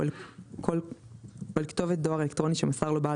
או אל כתובת דואר אלקטרוני שמסר לו בעל